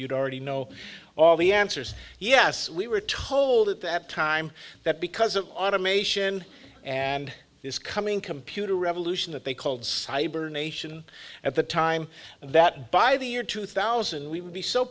you'd already know all the answers yes we were told at that time that because of automation and this coming computer revolution that they called cyber nation at the time that by the year two thousand we would be so